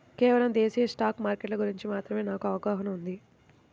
కేవలం దేశీయ స్టాక్ మార్కెట్ల గురించి మాత్రమే నాకు అవగాహనా ఉంది